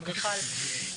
אדריכל.